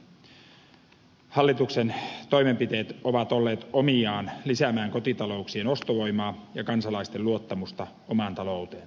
hallituksen toimenpiteet ovat olleet omiaan lisäämään kotitalouksien ostovoimaa ja kansalaisten luottamusta omaan talouteensa